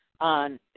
on